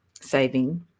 saving